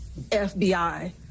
FBI